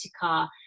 car